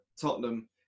Tottenham